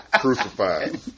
crucified